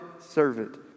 servant